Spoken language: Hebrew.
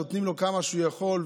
נותנים לו כמה שהוא יכול,